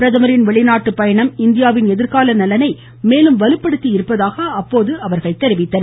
பிரதமரின் வெளிநாட்டு பயணம் இந்தியாவின் எதிர்கால நலனை மேலும் வலுப்படுத்தி இருப்பதாக எடுத்துரைத்தன்